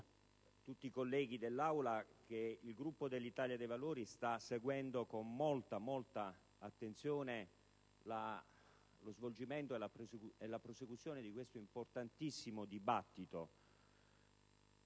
tutti i colleghi dell'Assemblea che il Gruppo dell'Italia dei Valori sta seguendo con molta attenzione lo svolgimento e la prosecuzione di questo importantissimo dibattito,